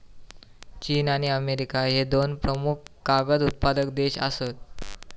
चीन आणि अमेरिका ह्ये दोन प्रमुख कागद उत्पादक देश आसत